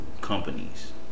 companies